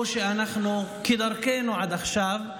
או שאנחנו, כדרכנו עד עכשיו,